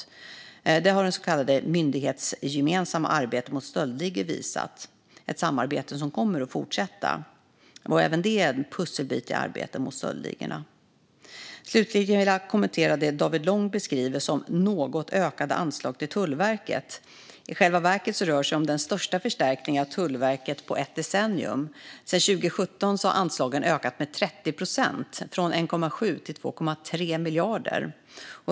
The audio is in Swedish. Detta har det så kallade myndighetsgemensamma arbetet mot stöldligorna visat, ett samarbete som kommer att fortsätta. Även detta är en pusselbit i arbetet mot stöldligorna. Slutligen vill jag kommentera det David Lång beskriver som "något ökade anslag till Tullverket". I själva verket rör det sig om den största förstärkningen av Tullverket på ett decennium. Sedan 2017 har anslagen ökat med 30 procent, från 1,7 till 2,3 miljarder kronor.